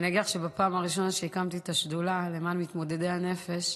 אגיד לך שבפעם הראשונה שהקמתי את השדולה למען מתמודדי הנפש,